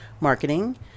marketing